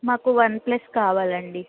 మాకు OnePlus కావాలండి